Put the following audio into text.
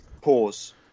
pause